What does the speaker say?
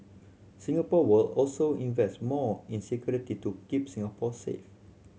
Singapore will also invest more in security to keep Singapore safe